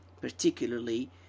particularly